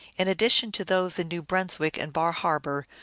in addition to those in new brunswick and bar har bor,